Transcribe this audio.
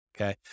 Okay